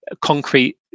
concrete